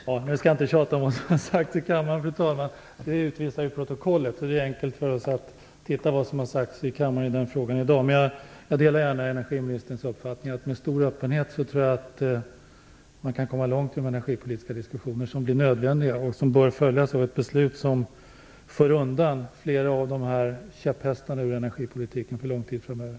Fru talman! Nu skall jag inte tjata om vad som har sagts i kammaren. Det finns redovisat i protokollet, och det är enkelt för oss att titta efter vad som har sagts i kammaren i denna fråga i dag. Jag delar gärna energiministerns uppfattning att man med stor öppenhet kan komma långt i den energipolitiska diskussionen, som är nödvändig och som bör följas av ett beslut som för undan flera av käpphästarna från energipolitiken för en lång tid framöver.